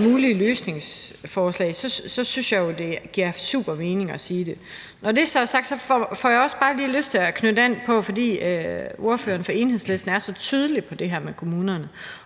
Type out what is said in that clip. mulige løsningsforslag, så synes jeg jo, at det giver super meget mening at sige det. Når det så er sagt, får jeg også bare lige lyst til at knytte an til noget, fordi ordføreren for Enhedslisten er så tydelig om det her med kommunerne,